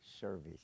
service